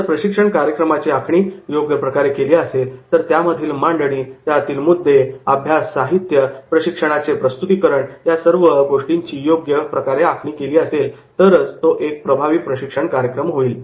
जर प्रशिक्षण कार्यक्रमाची आखणी योग्य प्रकारे केली असेल तर त्यामधील मांडणी त्यातील मुद्दे अभ्यास साहित्य प्रशिक्षणाचे प्रस्तुतीकरण या सर्व गोष्टींची योग्य आखणी केली असेल तरच तो एक प्रभावी प्रशिक्षण कार्यक्रम होईल